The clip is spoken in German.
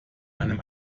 einem